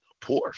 Porsche